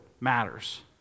matters